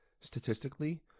statistically